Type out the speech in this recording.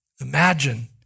Imagine